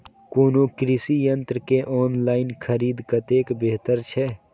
कोनो कृषि यंत्र के ऑनलाइन खरीद कतेक बेहतर छै?